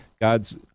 God's